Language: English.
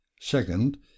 Second